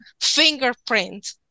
fingerprint